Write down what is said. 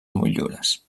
motllures